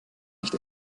nicht